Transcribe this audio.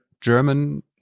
German